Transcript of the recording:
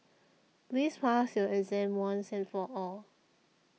please pass your exam once and for all